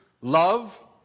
love